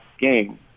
game